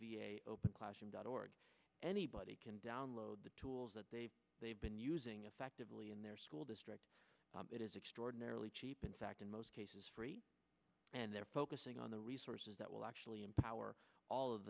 open classroom dot org anybody can download the tools that they they've been using effectively in their school district it is extraordinarily cheap in fact in most cases free and they're focusing on the resources that will actually empower all of